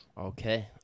Okay